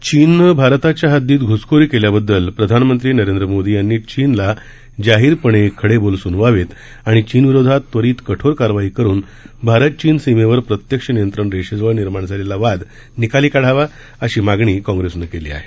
चीननं भारताच्या हद्दीत घूसखोरी केल्याबद्दल प्रधानमंत्री नरेंद्र मोदी यांनी चीनला जाहीरपणे खडे बोल सुनवावेत आणि चीनविरोधात त्वरीत कठोर कारवाई करून भारत चीन सीमेवर प्रत्यक्ष नियंत्रण रेषेजवळ निर्माण झालेला वाद निकाली काढावा अशी मागणी काँप्रेसनं केली आहे